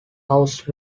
house